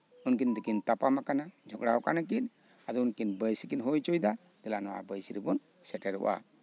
ᱩᱱᱠᱤᱱ ᱫᱚᱠᱤᱱ ᱛᱟᱯᱟᱢ ᱟᱠᱟᱱᱟ ᱡᱷᱚᱜᱽᱲᱟ ᱟᱠᱟᱱᱟ ᱠᱤᱱ ᱟᱫᱚ ᱩᱱᱠᱤᱱ ᱵᱟᱹᱭᱥᱤ ᱠᱤᱱ ᱦᱩᱭ ᱦᱚᱪᱚᱭᱫᱟ ᱫᱮᱞᱟ ᱱᱚᱶᱟ ᱵᱟᱹᱭᱥᱤ ᱨᱮᱵᱚᱱ ᱥᱮᱴᱮᱨᱚᱜᱼᱟ